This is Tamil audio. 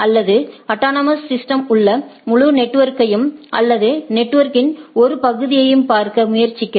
அல்லது ஆடோனோமோஸ் சிஸ்டமில் உள்ள முழு நெட்வொர்க்கையும் அல்லது நெட்வொர்கின் ஒரு பகுதியையும் பார்க்க முயற்சிக்கிறது